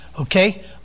okay